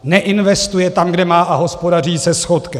Neinvestuje tam, kde má, a hospodaří se schodkem.